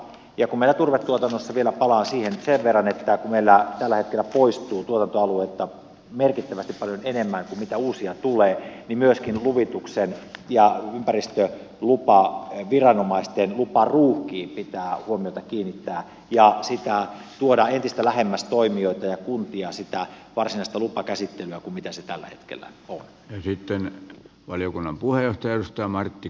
kun meillä turvetuotannossa vielä palaan siihen sen verran tällä hetkellä poistuu tuotantoaluetta merkittävästi paljon enemmän kuin mitä uusia tulee myöskin luvituksen ja ympäristölupaviranomaisten luparuuhkiin pitää huomiota kiinnittää ja tuoda toimijoita ja kuntia entistä lähemmäs sitä varsinaista lupakäsittelyä kuin ne tällä hetkellä on esittänyt valiokunnan puheyhteys ja ovat